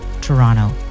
Toronto